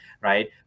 right